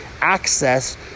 access